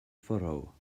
furrow